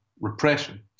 repression